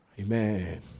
Amen